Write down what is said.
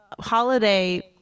holiday